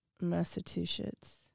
Massachusetts